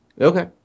Okay